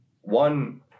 one